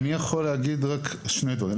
שני דברים.